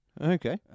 Okay